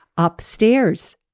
upstairs